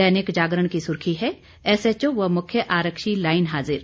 दैनिक जागरण की सुर्खी है एसएचओ व मुख्य आरक्षी लाइन हाजिर